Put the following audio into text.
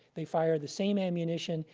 they fire the same ammunition.